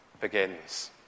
begins